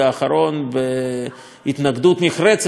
בהתנגדות נחרצת של בז"ן,